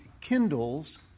kindles